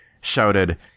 shouted